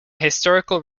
historical